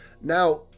Now